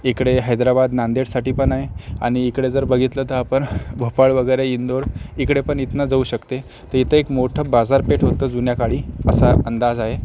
इकडे हैदराबाद नांदेडसाठी पण आहे आणि इकडे जर बघितलं तर आपण भोपाळ वगैरे इंदोर इकडे पण इथनं जाऊ शकते तर इथं एक मोठं बाजारपेठ होतं जुन्याकाळी असा अंदाज आहे